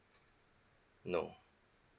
no